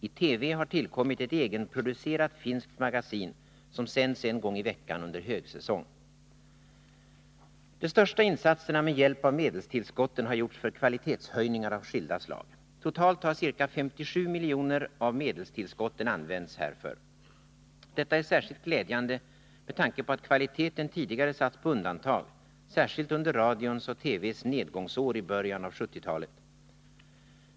I TV har tillkommit ett egenproducerat finskt magasin, som sänds en gång i veckan under högsäsong. De största insatserna med hjälp av medelstillskotten har gjorts för kvalitetshöjningar av skilda slag. Totalt har ca 57 milj.kr. av medelstillskotten använts härför. Detta är särskilt glädjande med tanke på att kvaliteten tidigare satts på undantag, särskilt under radions och televisionens nedgångsåri början av 1970-talet.